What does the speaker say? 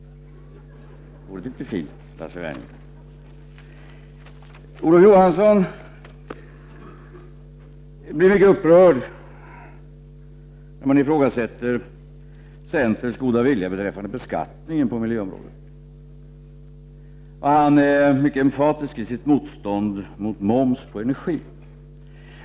Vore det inte fint, Lars Werner? Olof Johansson blev mycket upprörd när man ifrågasatte centerns goda vilja beträffande beskattningen på miljöområdet, och han är mycket emfa tisk i sitt motstånd mot moms på energi.